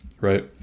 right